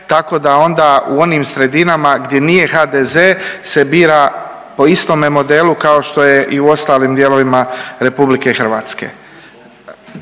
tako da onda u onim sredinama gdje nije HDZ se bira po istome modelu kao što je i u ostalim dijelovima RH, a župan je